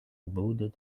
wooded